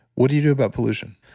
what do you do about pollution?